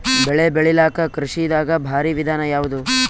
ಬೆಳೆ ಬೆಳಿಲಾಕ ಕೃಷಿ ದಾಗ ಭಾರಿ ವಿಧಾನ ಯಾವುದು?